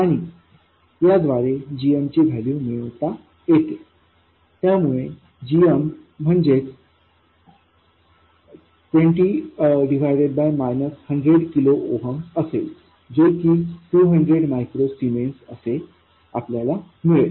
आणि याद्वारे gmची व्हॅल्यू मिळवता येते त्यामुळेgm म्हणजेच 20 भागिले 100 किलो ओहम्स असेल जे की 200 मायक्रो सीमेन्स असे मिळेल